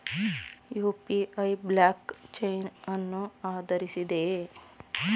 UPI block chain ಅನ್ನು ಆಧರಿಸಿದೆಯೇ?